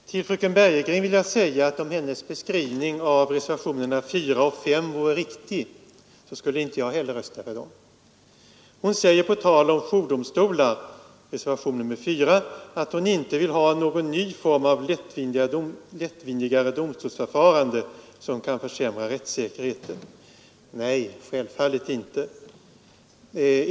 Fru talman! Till fröken Bergegren vill jag säga att om hennes beskrivning av reservationerna 4 och 5 vore riktig skulle inte jag heller rösta för dem. Fröken Bergegren säger på tal om jourdomstolar — reservationen 4 — att hon inte vill ha någon ny form av lättvindigare domstolsförfarande som kan försämra rättssäkerheten. Nej, självfallet inte.